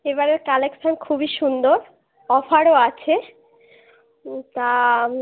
এবারের কালেকশান খুবই সুন্দর অফারও আছে তা